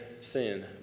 sin